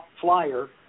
flyer